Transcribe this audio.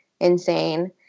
insane